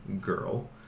girl